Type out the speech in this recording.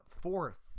fourth